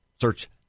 Search